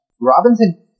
Robinson